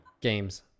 games